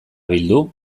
bildu